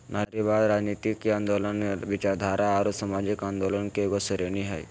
नारीवाद, राजनयतिक आन्दोलनों, विचारधारा औरो सामाजिक आंदोलन के एगो श्रेणी हइ